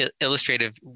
illustrative